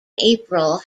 april